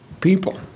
people